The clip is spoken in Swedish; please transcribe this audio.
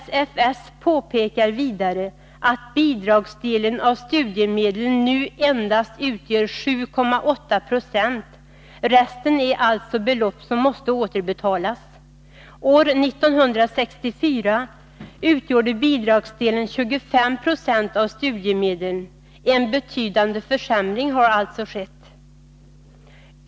SFS påpekar vidare att bidragsdelen av studiemedlen nu endast utgör 7,8 96 — resten är alltså belopp som måste återbetalas. År 1964 utgjorde bidragsdelen 25 26 av studiemedlen — en betydande försämring har alltså skett.